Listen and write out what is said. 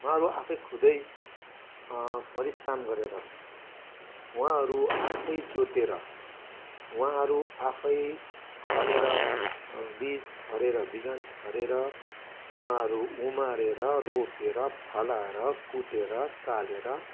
उहाँहरू आफै खुदै परिश्राम गरेर उहाँहरू आफै जोतिएर उहाँहरू आफै खनेर बिज छरेर बिजन छरेर उहाँहरू उमारेर रोपेर फलाएर कुटेर चालेर